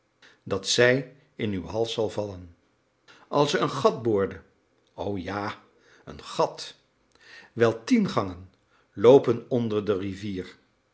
dat zij in uw hals zal vallen als ze een gat boorde o ja een gat wel tien gangen loopen onder de rivier